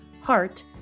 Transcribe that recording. heart